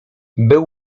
był